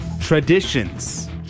traditions